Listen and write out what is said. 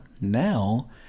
now